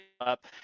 up